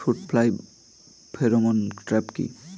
Fruit fly pheromone trap কি?